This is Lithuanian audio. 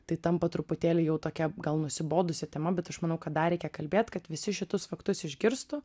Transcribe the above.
tai tampa truputėlį jau tokia gal nusibodusia tema bet aš manau kad dar reikia kalbėt kad visi šitus faktus išgirstų